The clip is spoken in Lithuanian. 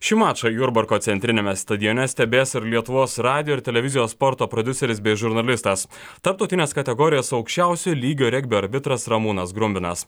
šį mačą jurbarko centriniame stadione stebės ir lietuvos radijo ir televizijos sporto prodiuseris bei žurnalistas tarptautinės kategorijos aukščiausio lygio regbio arbitras ramūnas grumbinas